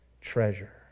treasure